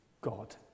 god